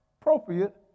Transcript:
appropriate